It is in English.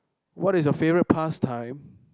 what is your favourite past time